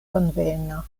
konvena